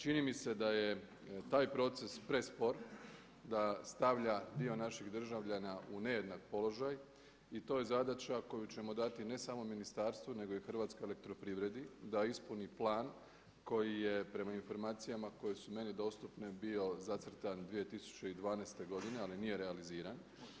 Čini mi se da je taj proces prespor, da stavlja dio naših državljana u nejednak položaj i to je zadaća koju ćemo dati ne samo ministarstvu nego i Hrvatskoj elektroprivredi da ispuni plan koji je prema informacijama koje su meni dostupne bio zacrtan 2012. godine ali nije realiziran.